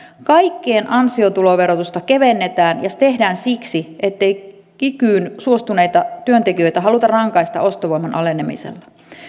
kaikkien ansiotuloverotusta kevennetään ja se tehdään siksi ettei kikyyn suostuneita työntekijöitä haluta rangaista ostovoiman alenemisella